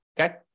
okay